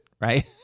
right